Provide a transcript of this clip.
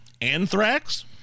anthrax